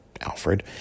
Alfred